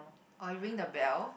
or you ring the bell